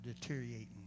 deteriorating